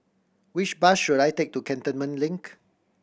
which bus should I take to Cantonment Link